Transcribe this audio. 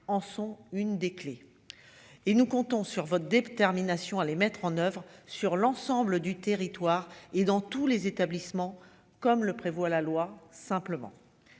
en sont une des clés et nous comptons sur votre détermination à les mettre en oeuvre sur l'ensemble du territoire et dans tous les établissements, comme le prévoit la loi simplement